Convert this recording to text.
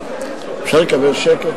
אפשר לקבל שקט?